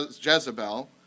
Jezebel